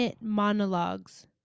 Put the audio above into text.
monologues